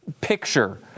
picture